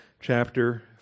chapter